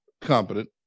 competent